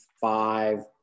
five